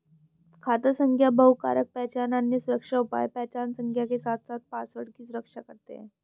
खाता संख्या बहुकारक पहचान, अन्य सुरक्षा उपाय पहचान संख्या के साथ पासवर्ड की सुरक्षा करते हैं